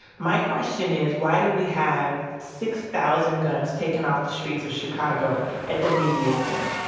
my question is why do we have six thousand guns taken off the streets of chicago at the mid-year point?